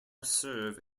serve